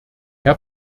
herr